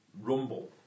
rumble